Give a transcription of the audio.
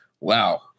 wow